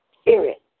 Spirit